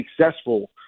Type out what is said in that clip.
successful